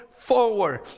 Forward